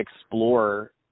explore